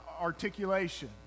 articulation